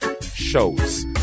shows